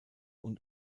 und